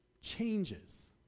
changes